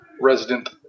resident